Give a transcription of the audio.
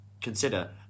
consider